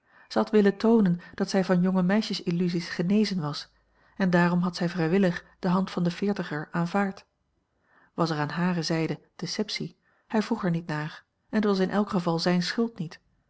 had willen toonen dat zij van jonge meisjes illusies genezen was en daarom had zij vrijwillig de hand van den veertiger aanvaard was er aan hare zijde deceptie hij vroeg er niet naar en het was in elk geval zijne schuld niet